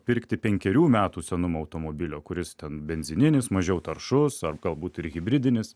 pirkti penkerių metų senumo automobilio kuris ten benzininis mažiau taršus ar galbūt ir hibridinis